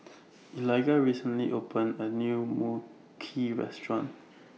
Eligah recently opened A New Mui Kee Restaurant